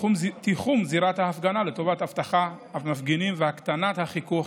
תיחום זירת ההפגנה לטובת אבטחת המפגינים והקטנת החיכוך,